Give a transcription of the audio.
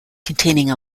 containing